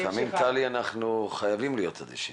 לפעמים חייבים להיות אדישים.